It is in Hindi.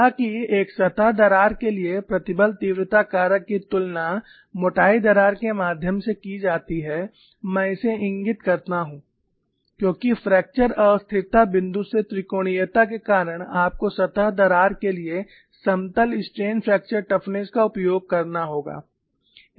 हालांकि एक सतह दरार के लिए प्रतिबल तीव्रता कारक की तुलना मोटाई दरार के माध्यम से की जाती है मैं इसे इंगित करता हूं क्योंकि फ्रैक्चर अस्थिरता बिंदु से त्रिकोणीयता के कारण आपको सतह दरार के लिए समतल स्ट्रेन फ्रैक्चर टफनेस का उपयोग करना होगा